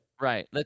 Right